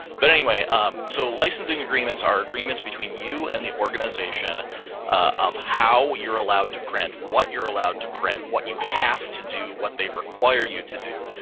but um so licensing agreements are agreements between you and the organization of how you're allowed to print what you're allowed to print. what you have to do, what they require you to do,